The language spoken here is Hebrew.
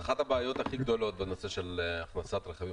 הבעיות הכי גדולות בנושא של הכנסת רכבים